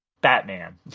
Batman